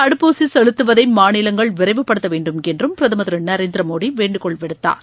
தடுப்பூசிசெலுத்தவதைமாநிலங்கள் விரைவுப்படுத்தவேண்டும் என்றும் பிரதமர் திருநரேந்திரமோடிவேண்டுகோள் விடுத்தார்